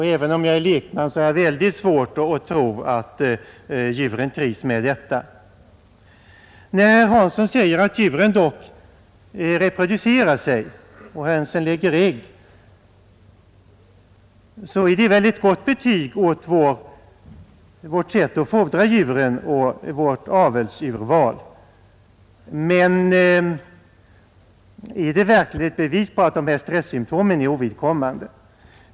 Även om jag är lekman, har jag väldigt svårt att tro att djuren trivs med detta. När herr Hansson säger att djuren dock reproducerar sig och att hönsen lägger ägg, är det väl ett gott betyg åt vårt sätt att fodra djuren och åt vårt avelsurval. Men är det verkligen ett bevis på att dessa stressymtom är ovidkommande?